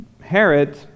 Herod